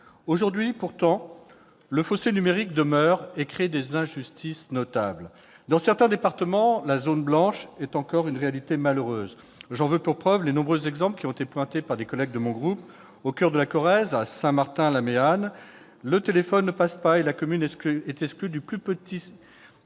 République. Pourtant, le fossé numérique demeure et crée des injustices notables. Dans certains départements, la « zone blanche » est encore une réalité malheureuse. J'en veux pour preuve les nombreux exemples pointés du doigt par des collègues de mon groupe. Ainsi, au coeur de la Corrèze, à Saint-Martin-la-Méanne, le téléphone ne passe pas et la commune est exclue du plus petit